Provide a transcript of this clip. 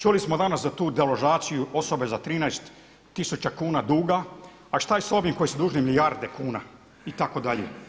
Čuli smo danas za tu deložaciju osobe za 13 tisuća kuna duga a šta je sa ovim koji su dužni milijarde kuna itd.